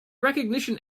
recognition